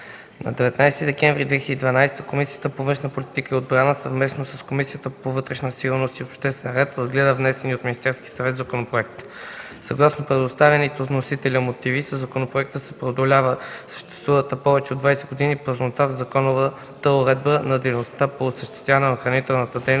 На 19 декември 2012 г. Комисията по външна политика и отбрана, съвместно с Комисията по вътрешна сигурност и обществен ред, разгледа внесения от Министерския съвет законопроект. Съгласно представените от вносителя мотиви, със законопроекта се преодолява съществувалата повече от 20 години празнота в законовата уредба на дейността по осъществяване на охранителна дейност